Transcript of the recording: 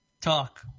talk